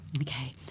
Okay